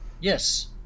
Yes